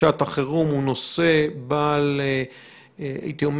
שעת החירום הן נושא בעל רלוונטיות